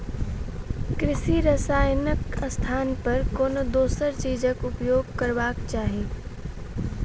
कृषि रसायनक स्थान पर कोनो दोसर चीजक उपयोग करबाक चाही